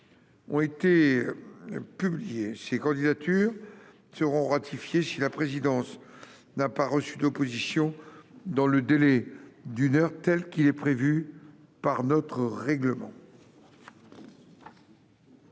Ces candidatures seront ratifiées si la présidence n'a pas reçu d'opposition dans le délai d'une heure prévu par notre règlement.